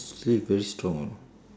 very strong [what]